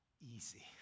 easy